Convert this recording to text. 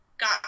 got